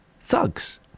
thugs